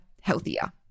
healthier